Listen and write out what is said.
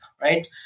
right